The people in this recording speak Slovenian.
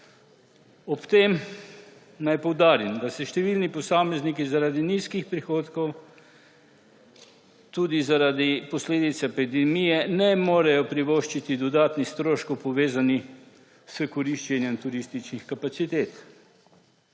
Ob tem naj poudarim, da se številni posamezniki zaradi nizkih prihodkov in tudi zaradi posledic epidemije ne morejo privoščiti dodatnih stroškov, povezanih s koriščenjem turističnih kapacitet.